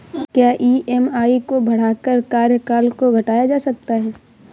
क्या ई.एम.आई को बढ़ाकर कार्यकाल को घटाया जा सकता है?